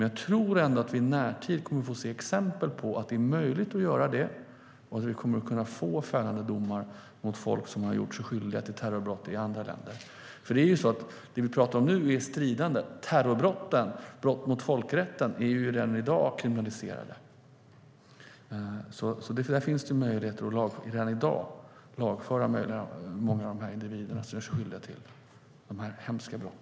Jag tror dock att vi i närtid kommer att få se exempel på att det är möjligt att göra det och att vi kommer att kunna få fällande domar mot folk som har gjort sig skyldiga till terrorbrott i andra länder. Det vi pratar om nu är stridande. Terrorbrott och brott mot folkrätten är redan i dag kriminaliserade. Det finns alltså redan i dag möjlighet att lagföra många av de individer som gör sig skyldiga till dessa hemska brott.